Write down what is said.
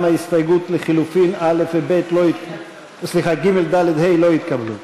גם ההסתייגויות לחלופין ג', ד', ה', לא התקבלו.